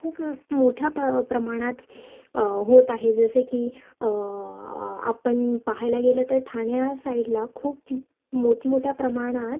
खूप मोठ्या प्रअ प्रमाणात होत आहे जसं की आपण पाहायला गेलं तर ठाण्या साईडला खूप मोठमोठ्या प्रमाणात